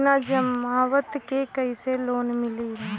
बिना जमानत क कइसे लोन मिली?